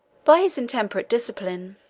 by his intemperate discipline,